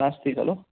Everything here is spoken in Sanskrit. नास्ति खलु